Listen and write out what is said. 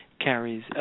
carries